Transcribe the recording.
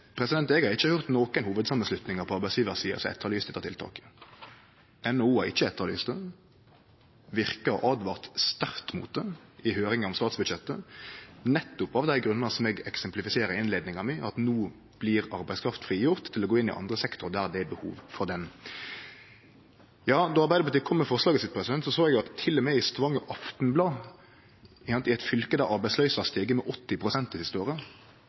om. Eg har ikkje høyrd nokon hovudsamanslutningar på arbeidsgjevarsida som har etterlyst dette tiltaket. NHO har ikkje etterlyst det. Virke åtvara sterkt mot det i høyringa om statsbudsjettet, nettopp av dei grunnane som eg eksemplifiserte i innleiinga mi, at no blir arbeidskraft frigjord til å gå inn i andre sektorar der det er behov for henne. Då Arbeidarpartiet kom med forslaget sitt, såg eg at til og med Stavanger Aftenblad – i eit fylke der arbeidsløysa har stige med 80 pst. det siste året